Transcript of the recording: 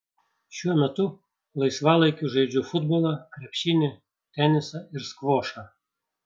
šiuo metu laisvalaikiu žaidžiu futbolą krepšinį tenisą ir skvošą